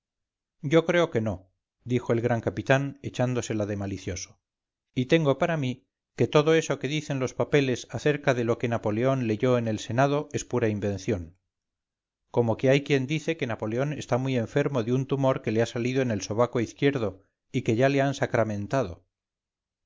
yo creo que no dijo el gran capitán echándosela de malicioso y tengo para mí que todo eso que dicen los papeles acerca de lo que napoleón leyó en el senado es pura invención como que hay quien dice que napoleón está muy enfermo de un tumor que le ha salido en el sobaco izquierdo y que ya le han sacramentado